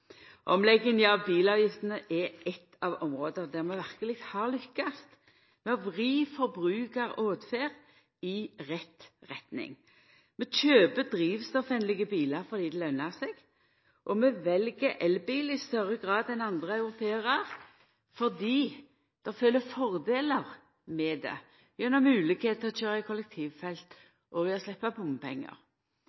Omlegging av bilavgifta er eitt av områda der vi verkeleg har lukkast med å vri forbrukaråtferd i rett retning. Vi kjøper drivstoffvennlege bilar fordi det løner seg, og vi vel elbil i større grad enn andre europearar fordi det følgjer fordelar med det gjennom moglegheit til å køyra i kollektivfelt